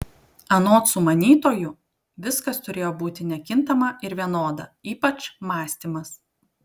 anot sumanytojų viskas turėjo būti nekintama ir vienoda ypač mąstymas